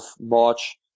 March